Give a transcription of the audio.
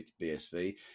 BSV